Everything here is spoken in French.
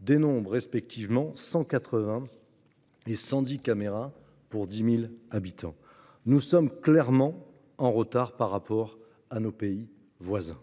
dénombrent respectivement 180 et 110, toujours pour 10 000 habitants. Nous sommes clairement en retard par rapport à nos voisins.